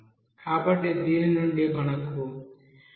కాబట్టి దీని నుండి మనకు t5